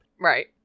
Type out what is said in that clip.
Right